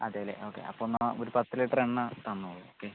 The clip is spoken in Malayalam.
അതെ അല്ലെ ഓക്കെ അപ്പോൾ നാളെ ഒരു പത്ത് ലിറ്റർ എണ്ണ തന്നോളു ഓക്കെ